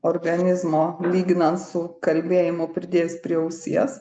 organizmo lyginant su kalbėjimu pridėjus prie ausies